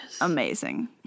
Amazing